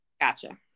Gotcha